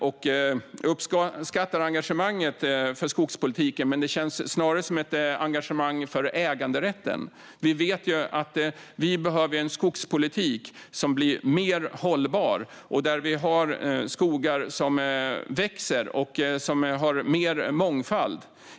Jag uppskattar engagemanget för skogspolitiken, men det känns snarare som ett engagemang för äganderätten. Vi vet ju att vi behöver en mer hållbar skogspolitik så att vi får skogar som växer och har mer mångfald.